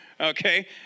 okay